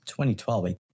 2012